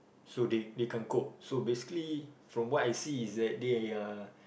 so they they can't cope so basically from what I see is that they are